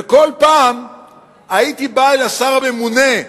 וכל פעם הייתי בא אל השר הממונה,